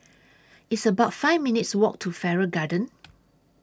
It's about five minutes' Walk to Farrer Garden